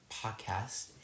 podcast